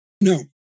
No